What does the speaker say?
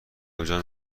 کجا